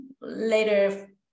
later